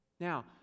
Now